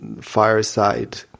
fireside